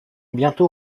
bientôt